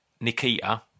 Nikita